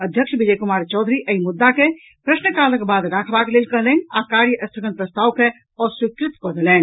अध्यक्ष विजय कुमार चौधरी एहि मुद्दा के प्रश्नकालक बाद राखबाक लेल कहलनि आ कार्य स्थगन प्रस्ताव के अस्वीकृत कऽ देलनि